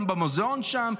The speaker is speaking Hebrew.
גם במוזיאון שם,